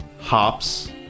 hops